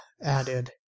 added